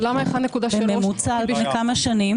בממוצע כמה שנים